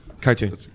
Cartoon